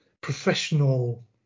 professional